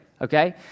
okay